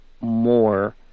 more